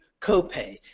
copay